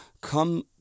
come